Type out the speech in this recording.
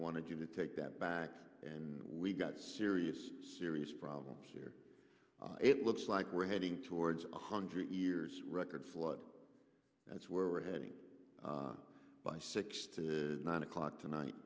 wanted you to take that back and we've got serious serious problems here it looks like we're heading towards one hundred years records what that's where we're heading by six to nine o'clock tonight